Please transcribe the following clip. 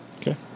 Okay